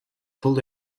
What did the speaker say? pulled